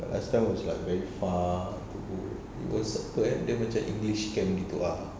but last time was like very far because apa eh dia macam english camp gitu ah